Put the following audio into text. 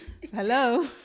hello